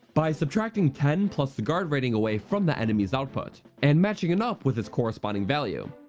by subtracting ten the guard rating away from the enemy's output, and matching it up with its corresponding value.